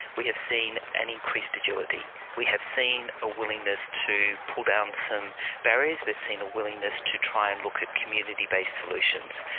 we have seen an increased agility, we have seen a willingness to pull down some barriers, we've seen a willingness to try and look at community-based solutions.